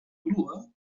grua